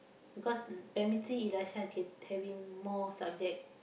because primary three Elisha is get having more subject